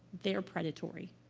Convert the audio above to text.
they are predatory.